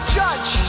judge